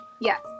yes